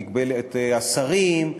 מגבלת השרים,